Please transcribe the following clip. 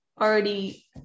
already